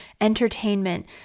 entertainment